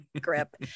grip